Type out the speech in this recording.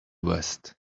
west